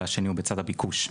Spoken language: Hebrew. והשני הוא בצד הביקוש.